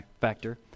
factor